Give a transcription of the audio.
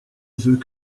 veux